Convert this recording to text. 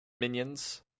Minions